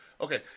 Okay